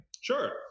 sure